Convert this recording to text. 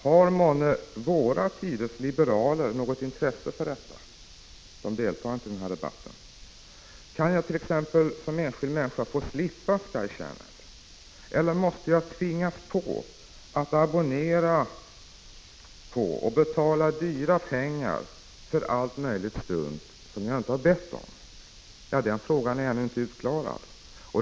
Har månne våra tiders liberaler som inte TV-progrumveria deltar i den här debatten något intresse för detta? Kan jag t.ex. som enskild EE människa få slippa Sky Channel? Eller måste jag tvingas att abonnera på och betala dyra pengar för allt möjligt strunt som jag inte bett om? Den frågan är ännu inte utklarad.